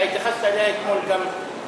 אתה התייחסת אליה אתמול גם.